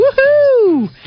Woohoo